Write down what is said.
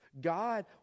God